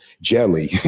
jelly